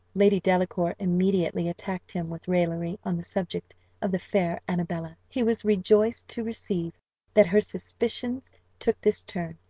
lady delacour immediately attacked him with raillery, on the subject of the fair annabella. he was rejoiced to perceive that her suspicions took this turn,